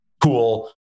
cool